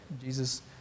Jesus